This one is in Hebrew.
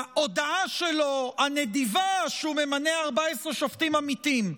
בהודעה הנדיבה שלו שהוא ממנה 14 שופטים עמיתים,